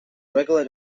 regular